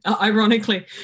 ironically